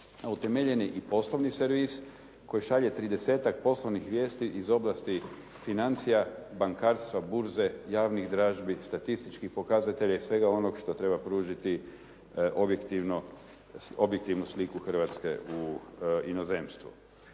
utemeljen je i poslovni servis koji šalje tridesetak poslovnih vijesti iz oblasti financija, bankarstva, burze, javnih dražbi, statističkih pokazatelja i svega onog što treba pružiti objektivnu sliku Hrvatske u inozemstvu.